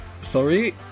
sorry